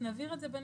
נבהיר את זה בנוסח.